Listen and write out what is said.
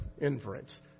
inference